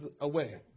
away